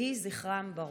יהי זכרם ברוך.